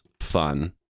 fun